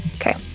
Okay